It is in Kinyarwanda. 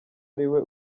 ariwe